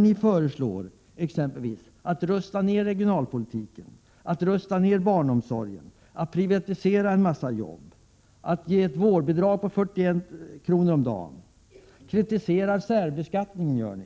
Ni föreslår nedrustning av regionalpolitiken och nedrustning av barnomsorgen, ni vill privatisera en massa jobb och ge vårdbidrag på 41 kr. om dagen. Ni kritiserar särbeskattningen.